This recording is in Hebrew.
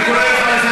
אני מנהל את המליאה.